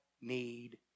need